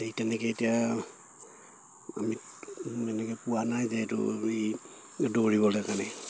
তেনেকে এতিয়া আমি এনেকে পোৱা নাই যে এইটো দৌৰিবলে কাৰণে